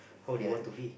how they want to be